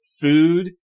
food